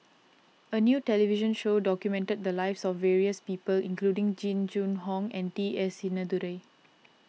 a new television show documented the lives of various people including Jing Jun Hong and T S Sinnathuray